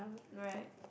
right